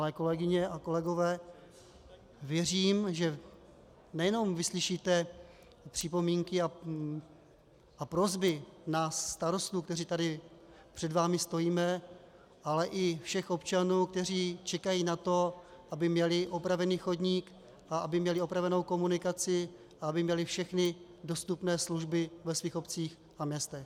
Milé kolegyně a kolegové, věřím, že nejenom vyslyšíte připomínky a prosby nás starostů, kteří tady před vámi stojíme, ale i všech občanů, kteří čekají na to, aby měli opravený chodník, aby měli opravenou komunikaci a aby měli všechny dostupné služby ve svých obcích a městech.